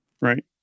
Right